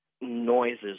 Noises